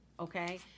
okay